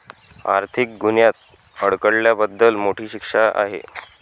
आर्थिक गुन्ह्यात अडकल्याबद्दल मोठी शिक्षा आहे